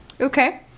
Okay